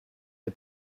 est